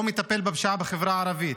לא מטפל בפשיעה בחברה הערבית,